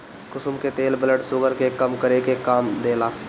कुसुम के तेल blood sugar के कम करे में काम देला